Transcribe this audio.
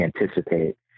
anticipate